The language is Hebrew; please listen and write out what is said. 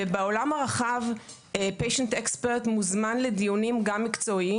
ובעולם הרחב חולה-מומחה מוזמן גם לדיונים מקצועיים.